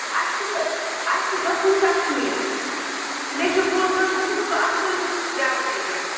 اَسہِ چھُ اَسہِ چھُ گژھُن کَشمیٖر مےٚ چھِ بوٗزمُت تُہۍ حظ چھُو اَصٕل ٹرٛاوٕل ایجنٛٹ